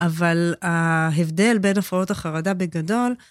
אבל ההבדל בין הפרעות החרדה בגדול...